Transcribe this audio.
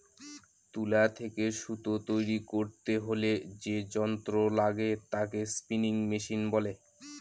তুলা থেকে সুতা তৈরী করতে হলে যে যন্ত্র লাগে তাকে স্পিনিং মেশিন বলে